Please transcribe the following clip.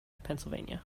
pennsylvania